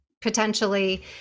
potentially